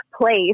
place